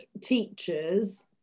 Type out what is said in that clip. teachers